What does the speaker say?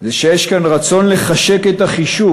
זה שיש כאן רצון לחשק את החישוק.